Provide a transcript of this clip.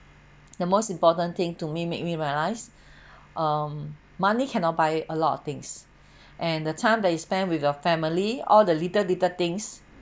the most important thing to me make me realize um money cannot buy a lot of things and the time that you spend with your family all the little little things